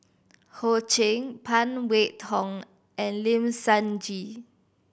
Ho Ching Phan Wait Hong and Lim Sun Gee